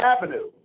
Avenue